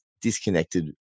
disconnected